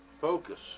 Focus